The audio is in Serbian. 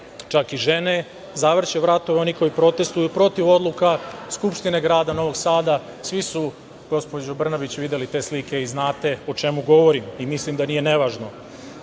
čak i žene, zavrće vratove onima koji protestuju protiv odluka Skupštine Grada Novog Sada. Svi su, gospođo Brnabić, videli te slike i znate o čemu govorim i mislim da nije nevažno. Vaši